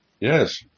Yes